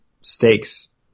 stakes